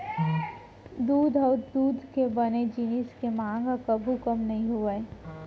दूद अउ दूद के बने जिनिस के मांग ह कभू कम नइ होवय